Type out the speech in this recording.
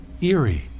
eerie